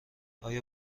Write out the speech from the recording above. آیا